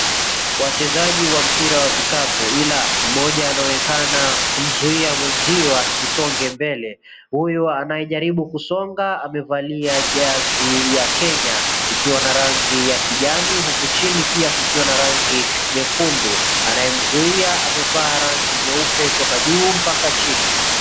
Wachezaji wa mpira wa vikapu ila moja anaeonekana kumzuia mwenzio asisonge mbele huyu anayejaribu kusonga amevalia jersey ya Kenya ikiwa na rangi ya kijani huku chini pia kukiwa na rangi nyekundu anayemzuia amevaa rangi nyeupe kutoka juu hadi chini.